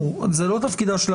אני לא קובע פה שום עמדה,